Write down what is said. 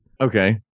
Okay